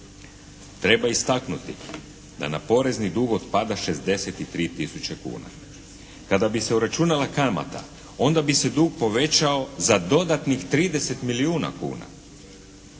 Treba istaknuti da na porezni dug otpada 63000 kuna. Kada bi se uračunala kamata onda bi se dug povećao za dodatnih 30 milijuna kuna.